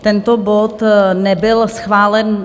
Tento bod nebyl schválen.